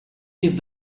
des